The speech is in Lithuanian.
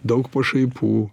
daug pašaipų